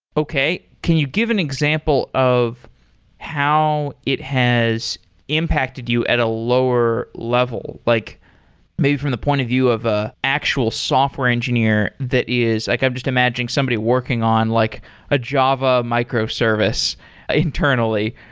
okay. can you give an example of how it has impacted you at a lower level? like maybe from the point of view of an ah actual software engineer that is like i'm just imagining somebody working on like a java microservice internally.